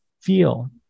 feel